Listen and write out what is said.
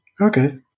Okay